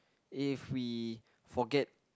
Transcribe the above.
if we forget